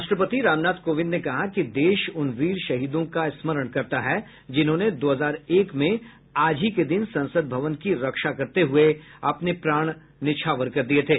राष्ट्रपति रामनाथ कोविंद ने कहा कि देश उन वीर शहीदों का स्मरण करता है जिन्होंने दो हजार एक में आज ही के दिन संसद भवन की रक्षा करते हुये अपने प्राण न्योछावर कर दिये थे